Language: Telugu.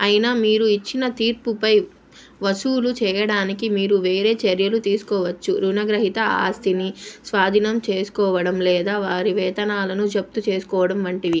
అయినా మీరు ఇచ్చిన తీర్పుపై వసూలు చేయడానికి మీరు వేరే చర్యలు తీసుకోవచ్చు రుణగ్రహీత ఆస్తిని స్వాధీనం చేసుకోవడం లేదా వారి వేతనాలను జప్తు చేసుకోవడం వంటివి